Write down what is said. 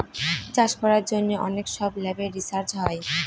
চাষ করার জন্য অনেক সব ল্যাবে রিসার্চ হয়